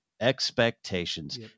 expectations